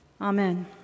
Amen